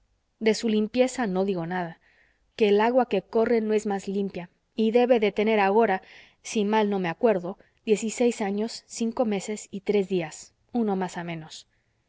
de su limpieza no digo nada que el agua que corre no es más limpia y debe de tener agora si mal no me acuerdo diez y seis años cinco meses y tres días uno más a menos